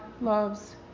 loves